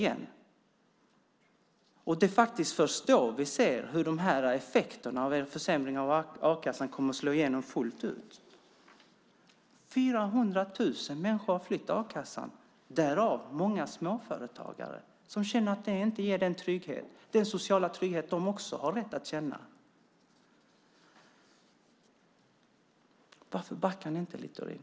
Det är först då vi ser hur effekterna av en försämring av a-kassan kommer att slå fullt ut. 400 000 människor har flytt a-kassan, därav många småföretagare som känner att den inte ger den sociala trygghet som även de har rätt att känna. Varför backar ni inte, Littorin?